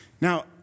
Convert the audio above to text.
Now